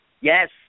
yes